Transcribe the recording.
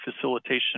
facilitation